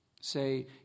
say